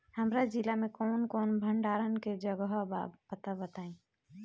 हमरा जिला मे कवन कवन भंडारन के जगहबा पता बताईं?